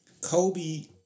Kobe